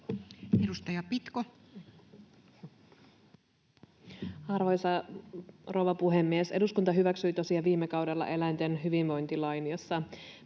Content: Arvoisa rouva puhemies! Eduskunta hyväksyi tosiaan viime kaudella eläinten hyvinvointilain, jossa